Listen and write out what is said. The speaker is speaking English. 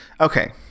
Okay